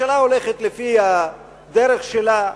ממשלה הולכת לפי הדרך שלה,